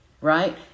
Right